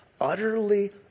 utterly